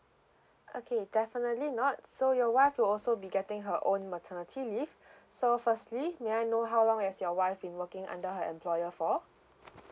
okay definitely not so your wife will also be getting her own maternity leave so firstly may I know how long has your wife been working under her employer for